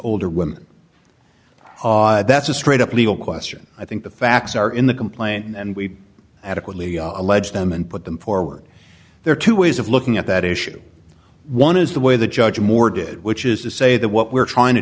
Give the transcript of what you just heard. older women that's a straight up legal question i think the facts are in the complaint and we adequately allege them and put them forward there are two ways of looking at that issue one is the way the judge moore did which is to say that what we're trying to